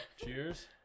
cheers